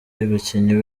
abakinnyi